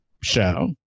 show